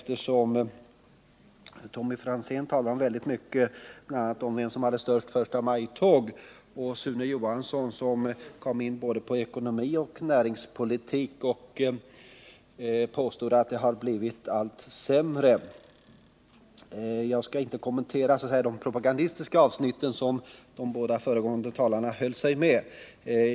Tommy Franzén talade om väldigt mycket, bl.a. om vem som hade det största förstamajtåget. Sune Johansson kom in på både ekonomi och näringspolitik och påstod att det har blivit allt sämre. Jag skall inte kommentera de propagandistiska avsnitt som de båda föregående talarna uppehöll sig vid.